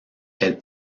elle